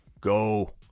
go